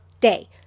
day